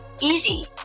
easy